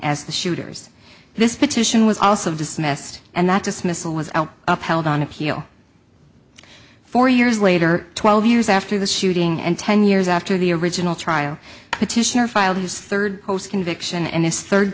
as the shooters this petition was also dismissed and that dismissal was up held on appeal four years later twelve years after the shooting and ten years after the original trial petitioner filed his third conviction and his third